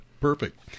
perfect